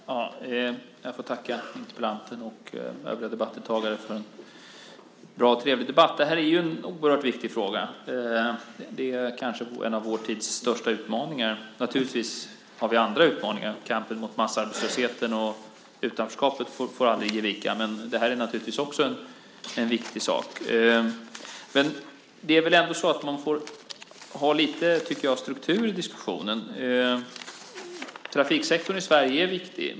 Herr talman! Jag får tacka interpellanten och övriga debattdeltagare för en bra och trevlig debatt. Det här är en oerhört viktig fråga. Det är kanske en av vår tids största utmaningar. Naturligtvis har vi andra utmaningar, kampen mot massarbetslösheten och utanförskapet får aldrig ge vika, men det här är naturligtvis också en viktig sak. Jag tycker ändå att man får ha lite struktur i diskussionen. Trafiksektorn i Sverige är viktig.